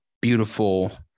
Beautiful